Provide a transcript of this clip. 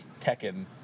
Tekken